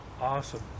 Awesome